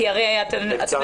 כי הרי --- בקצרה,